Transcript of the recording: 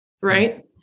Right